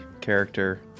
character